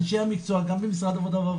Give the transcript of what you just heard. אנשי המקצוע גם במשרד העבודה והרווחה,